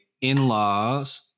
in-laws